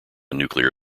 nuclear